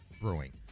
brewing